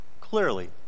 Clearly